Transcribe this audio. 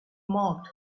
marked